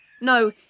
No